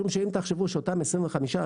משום שאם תחשבו שאותם 25,000,